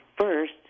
first